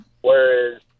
Whereas